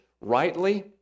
rightly